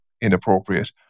inappropriate